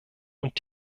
und